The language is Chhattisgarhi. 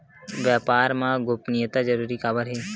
व्यापार मा गोपनीयता जरूरी काबर हे?